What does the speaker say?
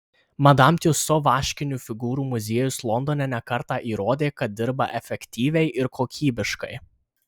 madam tiuso vaškinių figūrų muziejus londone ne kartą įrodė kad dirba efektyviai ir kokybiškai